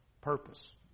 Purpose